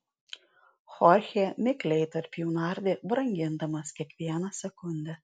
chorchė mikliai tarp jų nardė brangindamas kiekvieną sekundę